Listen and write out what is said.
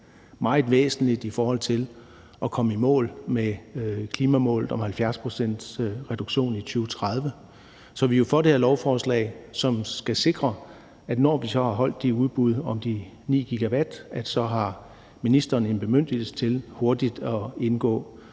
meget væsentligt i forhold til at komme i mål med klimamålet om 70 pct.s reduktion i 2030. Så vi er jo for det her lovforslag, som skal sikre, at når vi så har haft de udbud om de 9 GW, har ministeren en bemyndigelse til hurtigt at indgå